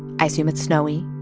i assume it's snowy.